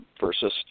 versus